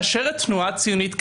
כאשר התנועה הציונית קמה,